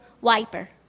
wiper